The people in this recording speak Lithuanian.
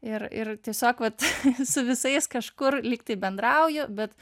ir ir tiesiog vat su visais kažkur lygtai bendrauju bet